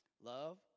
Love